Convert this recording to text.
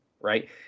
Right